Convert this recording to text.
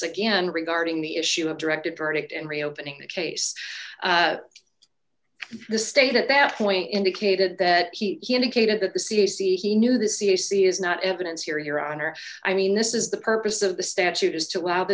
again regarding the issue of directed verdict and reopening the case the state at that point indicated that he indicated that the c d c he knew the c d c is not evidence here your honor i mean this is the purpose of the statute is to allow the